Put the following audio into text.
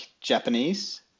japanese